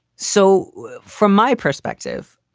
so from my perspective,